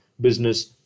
business